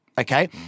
Okay